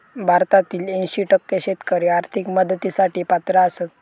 भारतातील ऐंशी टक्के शेतकरी आर्थिक मदतीसाठी पात्र आसत